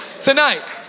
Tonight